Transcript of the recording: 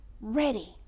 ready